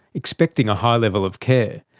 expecting a high level of care,